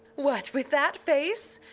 what, with that face?